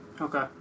Okay